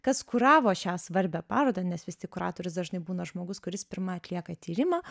kas kuravo šią svarbią parodą nes vis tik kuratorius dažnai būna žmogus kuris pirma atlieka tyrimą